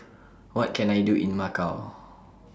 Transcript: What Can I Do in Macau